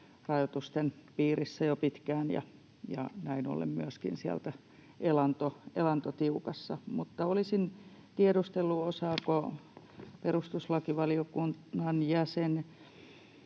rajoitusten piirissä jo pitkään ja joilla näin ollen myöskin on elanto tiukassa. Olisin tiedustellut, osaako perustuslakivaliokunnan jäsen,